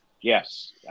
Yes